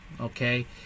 okay